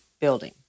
building